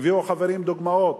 הביאו חברים דוגמאות.